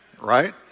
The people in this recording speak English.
Right